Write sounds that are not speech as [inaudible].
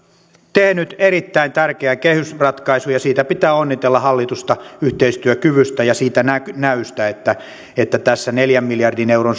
tehnyt erittäin tärkeän kehysratkaisun ja pitää onnitella hallitusta siitä yhteistyökyvystä ja siitä näystä että että tästä neljän miljardin euron [unintelligible]